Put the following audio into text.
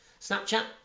Snapchat